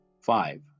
Five